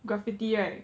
graffiti right